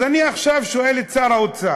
אז אני שואל עכשיו את שר האוצר: